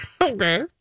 Okay